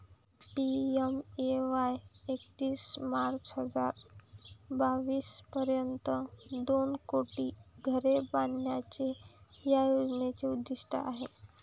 PMAY एकतीस March हजार बावीस पर्यंत दोन कोटी घरे बांधण्याचे या योजनेचे उद्दिष्ट आहे